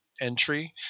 entry